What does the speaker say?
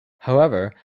however